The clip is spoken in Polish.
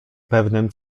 pewnym